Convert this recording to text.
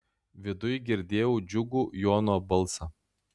viduj girdėjau džiugų jono balsą